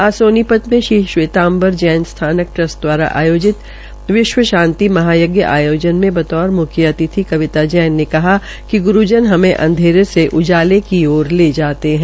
आज सोनीपत में श्री श्वेतांबर जैन स्थानक ट्रस्ट द्वारा आयोजित विश्व शांति महायज्ञ आयोजन में बतौर मुख्य अतिथि कविता जैन ने कहा कि ग्रूजन हमें अंधेरे से उजाले की ओर ले जाते है